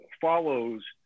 follows